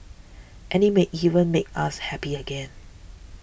and it may even make us happy again